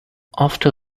after